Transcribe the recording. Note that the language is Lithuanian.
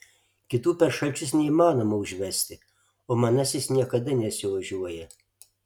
kitų per šalčius neįmanoma užvesti o manasis niekada nesiožiuoja